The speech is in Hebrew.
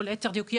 או ליתר דיוק,